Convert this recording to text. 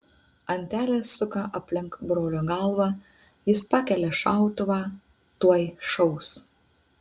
antelė suka aplink brolio galvą jis pakelia šautuvą tuoj šaus